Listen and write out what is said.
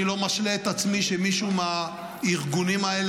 אני לא משלה את עצמי שמישהו מהארגונים האלה